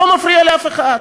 זה לא מפריע לאף אחד.